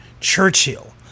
Churchill